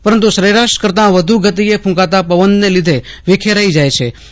પરંતું સરેરાશ કરતા વધુ ગતિએ ફૂકાતા પવનના લીધે વિખેરાઈ જાય ુછે